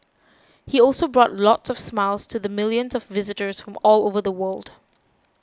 he also brought lots of smiles to the millions of visitors from all over the world